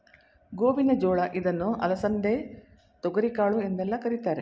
ಗೋವಿನ ಜೋಳ ಇದನ್ನು ಅಲಸಂದೆ, ತೊಗರಿಕಾಳು ಎಂದೆಲ್ಲ ಕರಿತಾರೆ